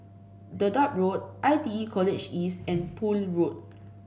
Dedap Road I T E College East and Poole Road